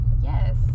Yes